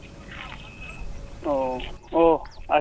ও ও আচ্ছা